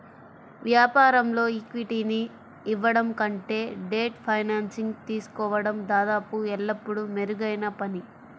వ్యాపారంలో ఈక్విటీని ఇవ్వడం కంటే డెట్ ఫైనాన్సింగ్ తీసుకోవడం దాదాపు ఎల్లప్పుడూ మెరుగైన పని